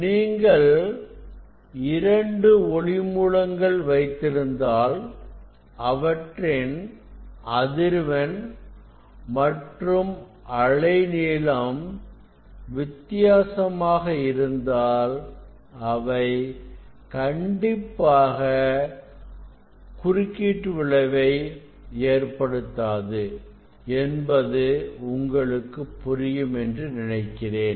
நீங்கள் இரண்டு ஒளி மூலங்கல் வைத்திருந்தால் அவற்றின் அதிர்வெண் மற்றும் அலைநீளம் வித்தியாசமாக இருந்தால் அவை கண்டிப்பாக ஒளி விளைவை ஏற்படுத்தாது என்பது உங்களுக்கு புரியும் என்று நினைக்கிறேன்